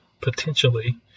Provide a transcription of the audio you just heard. potentially